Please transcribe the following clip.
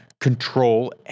control